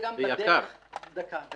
וגם